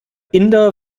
inder